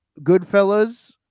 goodfellas